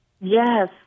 yes